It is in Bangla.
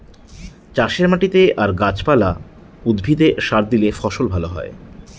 চাষের মাটিতে আর গাছ পালা, উদ্ভিদে সার দিলে ফসল ভালো হয়